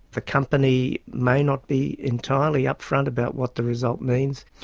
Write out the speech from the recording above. the company may not be entirely up front about what the result means.